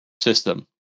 system